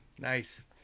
Nice